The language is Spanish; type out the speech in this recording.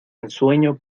ensueño